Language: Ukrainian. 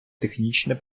технічне